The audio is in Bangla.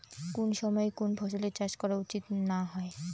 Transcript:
কুন সময়ে কুন ফসলের চাষ করা উচিৎ না হয়?